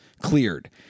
cleared